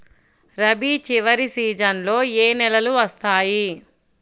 రబీ చివరి సీజన్లో ఏ నెలలు వస్తాయి?